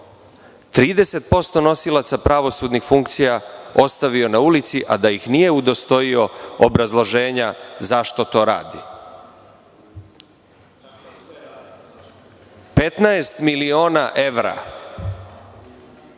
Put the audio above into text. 30% nosilaca pravosudni funkcija ostavio na ulici a da ih nije udostojio obrazloženja zašto to radi. Petnaest miliona evra